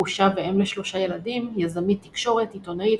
גרושה ואם לשלושה ילדים, יזמית תקשורת, עיתונאית